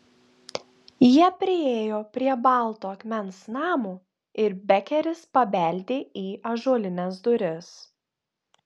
jie priėjo prie balto akmens namo ir bekeris pabeldė į ąžuolines duris